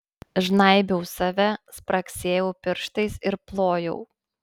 žnaibiau save spragsėjau pirštais ir plojau